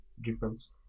difference